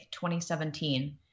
2017